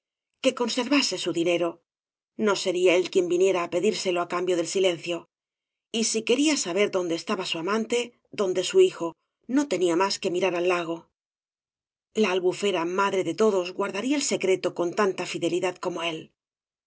que conservase su dinero no sería él quien viniera á pedírselo á cambio del silencio y si quería saber dónde estaba su amante dónde su hijo no tenía mas que mirar al lago la albufera madre do todos guardaría el secreto con tanta fidelidad como él